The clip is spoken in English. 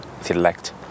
select